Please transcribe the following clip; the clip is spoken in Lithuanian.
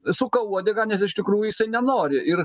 suka uodegą nes iš tikrųjų jisai nenori ir